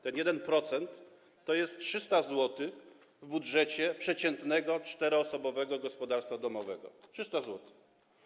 Ten 1% to jest 300 zł w budżecie przeciętnego 4-osobowego gospodarstwa domowego - 300 zł.